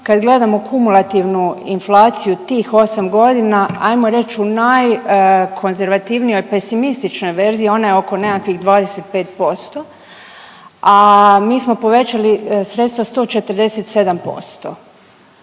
kad gledamo kumulativnu inflaciju tih osam godina hajmo reći u najkonzervativnijoj pesimističnoj verziji ona je oko nekakvih 25%, a mi smo povećali sredstva 147%.